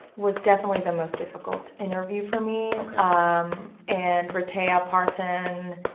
was definitely the most difficult interview for me ok um and rehtaeh ah parson,